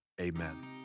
Amen